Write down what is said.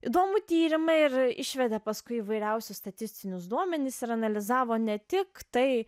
įdomų tyrimą ir išvedė paskui įvairiausius statistinius duomenis ir analizavo ne tik tai